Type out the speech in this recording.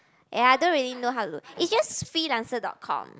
and I don't really know how to it just freelancer dot com